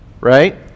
right